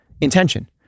Intention